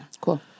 Cool